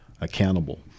accountable